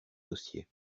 dossier